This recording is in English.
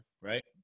right